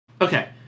okay